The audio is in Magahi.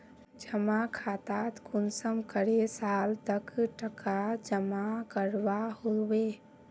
जमा खातात कुंसम करे साल तक टका जमा करवा होबे?